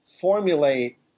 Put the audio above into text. formulate